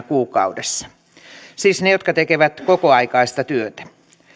kuukaudessa siis ne ne jotka tekevät kokoaikaista työtä